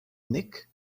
nick